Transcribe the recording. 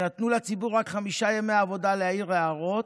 ונתנו לציבור רק חמישה ימי עבודה להעיר הערות,